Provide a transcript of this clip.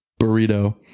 burrito